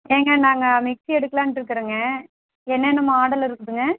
ஏங்க நாங்கள் மிக்ஸி எடுக்கலாம்ட்டு இருக்கறேங்க என்னென்ன மாடல் இருக்குதுங்க